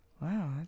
Wow